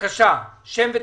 בבקשה, שם ותפקיד.